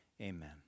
Amen